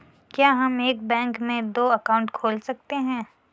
क्या हम एक बैंक में दो अकाउंट खोल सकते हैं?